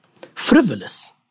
frivolous